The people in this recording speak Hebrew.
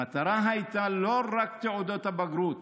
המטרה הייתה לא רק תעודות הבגרות